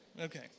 Okay